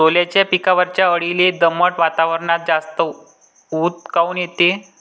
सोल्याच्या पिकावरच्या अळीले दमट वातावरनात जास्त ऊत काऊन येते?